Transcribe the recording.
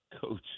Coach